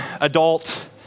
adult